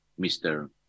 Mr